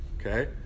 okay